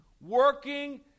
working